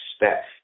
expect